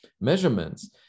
measurements